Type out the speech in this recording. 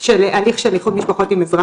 הצעת טיוטת תקנות הכניסה לישראל (תיקון),